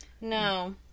No